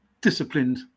disciplined